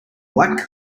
black